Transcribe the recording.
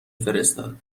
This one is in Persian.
فرستاد